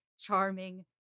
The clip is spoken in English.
charming